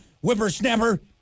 whippersnapper